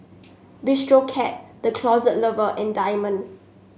Bistro Cat The Closet Lover and Diamond